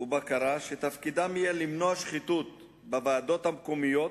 ובקרה שתפקידם יהיה למנוע שחיתות בוועדות המקומיות